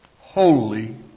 Holy